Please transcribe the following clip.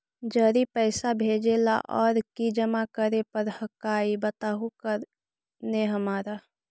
जड़ी पैसा भेजे ला और की जमा करे पर हक्काई बताहु करने हमारा?